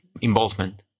involvement